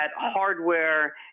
hardware